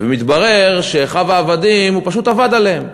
ומתברר שאחיו העבדים, הוא פשוט עבד עליהם.